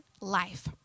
life